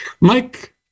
Mike